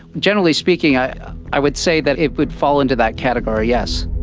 generally speaking i i would say that it would fall into that category, yes.